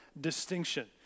distinction